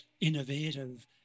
innovative